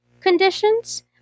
conditions